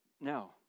no